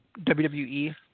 WWE